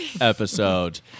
episode